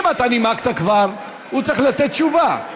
אם אתה נימקת כבר, הוא צריך לתת תשובה.